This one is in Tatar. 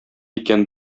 икән